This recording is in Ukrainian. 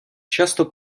часто